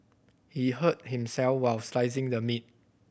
he hurt himself while slicing the meat